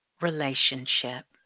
relationship